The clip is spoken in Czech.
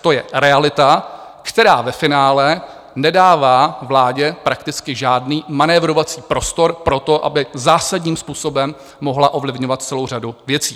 To je realita, která ve finále nedává vládě prakticky žádný manévrovací prostor pro to, aby zásadním způsobem mohla ovlivňovat celou řadu věcí.